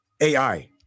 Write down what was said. AI